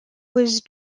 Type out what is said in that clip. was